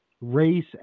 race